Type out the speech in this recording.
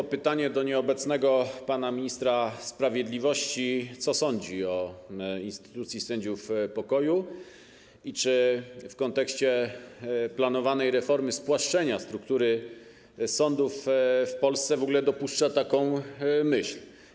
Na początek pytanie do nieobecnego pana ministra sprawiedliwości, co sądzi o instytucji sędziów pokoju i czy w kontekście planowanej reformy spłaszczenia struktury sądów w Polsce w ogóle dopuszcza taką myśl.